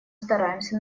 стараемся